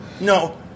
No